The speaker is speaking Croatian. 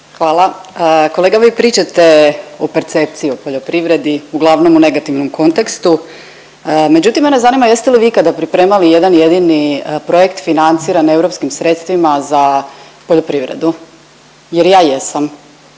Hvala. Kolega, vi pričate o percepciji o poljoprivredi uglavnom u negativnom kontekstu, međutim mene zanima jeste li vi ikada pripremali jedan jedini projekt financiran europskim sredstvima za poljoprivredu jer ja jesam